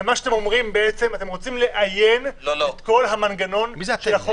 מה שאתם רוצים זה לאיין את כל המנגנון של החוק.